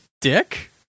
Dick